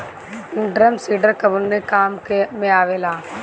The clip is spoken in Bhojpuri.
ड्रम सीडर कवने काम में आवेला?